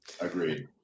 Agreed